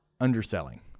underselling